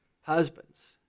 husbands